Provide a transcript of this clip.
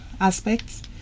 aspects